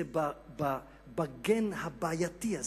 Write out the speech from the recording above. זה היה בגן הבעייתי הזה,